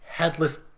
headless